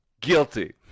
Guilty